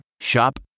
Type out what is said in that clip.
Shop